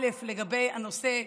לגבי הנושא,